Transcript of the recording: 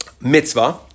mitzvah